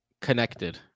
Connected